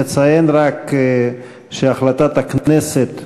נציין רק שהחלטת הכנסת,